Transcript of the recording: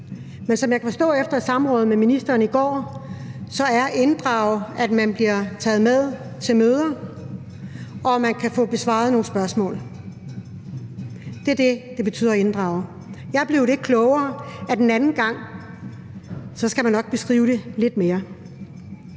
Men som jeg kan forstå efter samrådet med ministeren i går, består inddragelsen i, at man bliver taget med til møder, og at man kan få besvaret nogle spørgsmål. Det er det, det betyder at inddrage. Jeg er blevet det klogere, at en anden gang skal man nok beskrive det lidt mere.